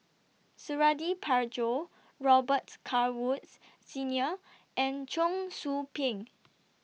Suradi Parjo Robet Carr Woods Senior and Cheong Soo Pieng